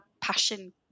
passion